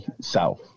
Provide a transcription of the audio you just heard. South